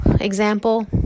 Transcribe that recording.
example